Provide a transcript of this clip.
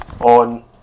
on